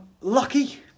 lucky